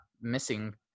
missing